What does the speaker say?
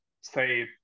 say